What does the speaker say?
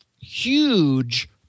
huge